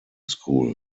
school